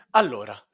allora